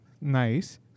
Nice